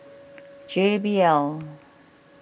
J B L